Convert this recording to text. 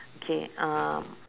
okay um